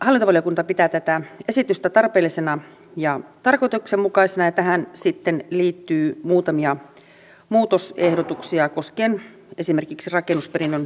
hallintovaliokunta pitää tätä esitystä tarpeellisena ja tarkoituksenmukaisena ja tähän sitten liittyy muutamia muutosehdotuksia koskien esimerkiksi rakennusperinnön suojelemista